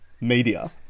media